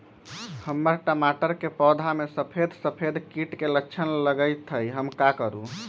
हमर टमाटर के पौधा में सफेद सफेद कीट के लक्षण लगई थई हम का करू?